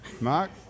Mark